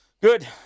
Good